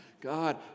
God